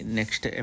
next